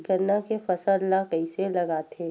गन्ना के फसल ल कइसे लगाथे?